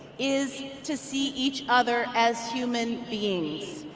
is to see each other as human beings.